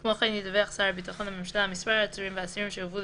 כמו כן ידווח שר הביטחון לממשלה על מספר העצורים והאסירים שהובאו